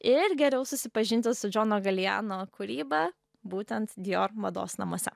ir geriau susipažinti su džono galijano kūryba būtent dijor mados namuose